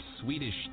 Swedish